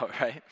right